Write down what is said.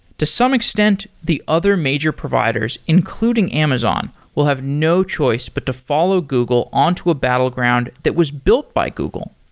to some extent, the other major providers, including amazon, will have no choice but to follow google on to a battleground that was built by google.